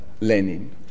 Lenin